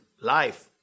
life